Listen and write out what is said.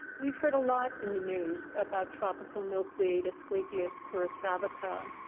we've heard a lot in the news about tropical milkweed, asclepias curassavica.